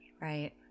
Right